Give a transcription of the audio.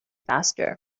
faster